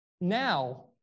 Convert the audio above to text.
now